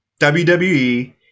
WWE